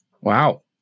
Wow